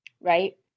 Right